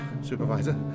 Supervisor